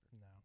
No